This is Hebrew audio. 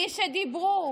מי שדיברו